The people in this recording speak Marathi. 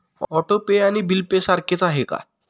ऑटो पे आणि बिल पे सारखेच आहे का?